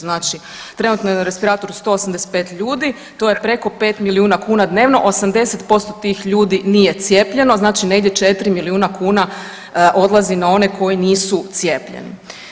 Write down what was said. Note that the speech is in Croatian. Znači trenutno je na respiratoru 185 ljudi, to je preko 5 milijuna kuna dnevno, 80% tih ljudi nije cijepljeno, znači negdje 4 milijuna kuna odlazi na one koji nisu cijepljeni.